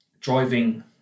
driving